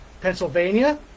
Pennsylvania